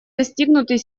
достигнутый